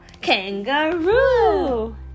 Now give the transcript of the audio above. kangaroo